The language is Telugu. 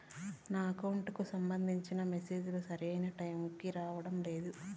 నా అకౌంట్ కు సంబంధించిన మెసేజ్ లు సరైన టైము కి రావడం లేదు